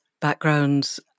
backgrounds